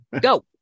Go